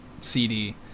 CD